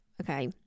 Okay